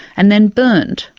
and then burnt,